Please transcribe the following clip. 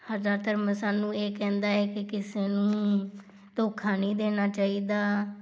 ਸਾਡਾ ਧਰਮ ਸਾਨੂੰ ਇਹ ਕਹਿੰਦਾ ਹੈ ਕਿ ਕਿਸੇ ਨੂੰ ਧੋਖਾ ਨਹੀਂ ਦੇਣਾ ਚਾਹੀਦਾ